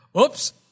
Oops